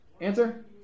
Answer